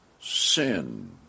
sin